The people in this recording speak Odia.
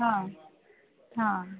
ହଁ ହଁ